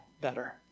better